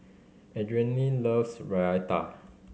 Adrienne loves Raita